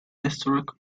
historic